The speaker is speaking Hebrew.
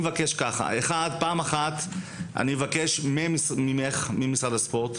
ככה, פעם אחת אני מבקש ממך, ממשרד הספורט,